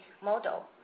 model